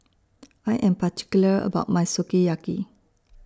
I Am particular about My Sukiyaki